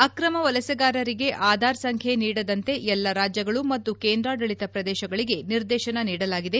ಅಕ್ರಮ ವಲಸೆಗಾರರಿಗೆ ಆಧಾರ್ ಸಂಖ್ಯೆ ನೀಡದಂತೆ ಎಲ್ಲ ರಾಜ್ಲಗಳು ಮತ್ತು ಕೇಂದ್ರಾಡಳಿತ ಪ್ರದೇಶಗಳಿಗೆ ನಿರ್ದೇಶನ ನೀಡಲಾಗಿದೆ